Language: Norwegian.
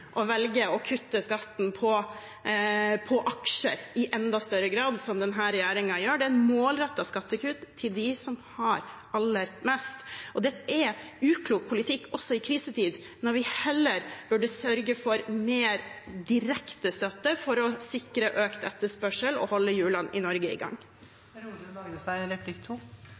å velge å kutte skatten på aksjer i enda større grad, som denne regjeringen gjør. Det er målrettede skattekutt til dem som har aller mest. Det er uklok politikk også i krisetider, når vi heller burde sørge for mer direkte støtte for å sikre økt etterspørsel og holde hjulene i Norge i gang.